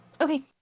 Okay